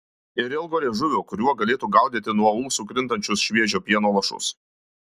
ir ilgo liežuvio kuriuo galėtų gaudyti nuo ūsų krintančius šviežio pieno lašus